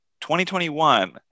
2021